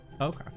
Okay